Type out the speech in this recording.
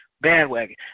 bandwagon